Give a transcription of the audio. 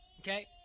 Okay